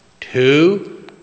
two